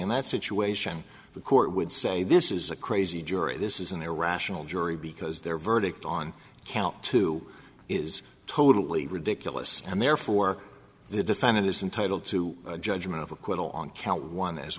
in that situation the court would say this is a crazy jury this is an irrational jury because their verdict on count two is totally ridiculous and therefore the defendant is entitled to a judgment of acquittal on count one as